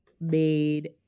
made